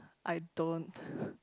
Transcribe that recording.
I don't